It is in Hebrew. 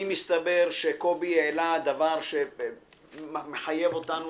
אם יסתבר שקובי העלה דבר שמחייב אותנו